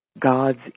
God's